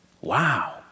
Wow